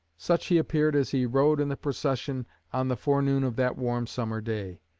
such he appeared as he rode in the procession on the forenoon of that warm summer day.